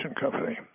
company